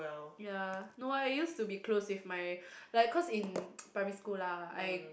ya no I use to be close with my like cause in primary school lah I